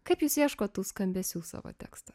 kaip jis ieško tų skambesių savo tekstą